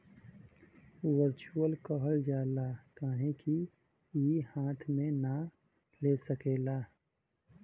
virtual कहल जाला काहे कि ई हाथ मे ना ले सकेला